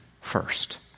first